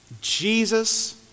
Jesus